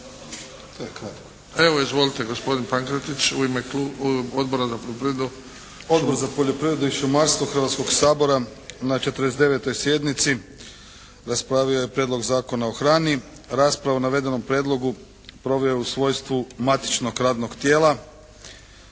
**Pankretić, Božidar (HSS)** Odbor za poljoprivredu i šumarstvo Hrvatskog sabora na 49. sjednici raspravio je Prijedlog Zakona o hrani. Rasprava o navedenom prijedlogu proveo je u svojstvu matičnog radnog tijela